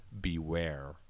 beware